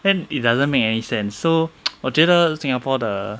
hence it doesn't make any sense so 我觉得 singapore 的